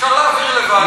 אפשר להעביר לוועדה.